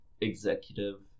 executive